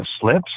slips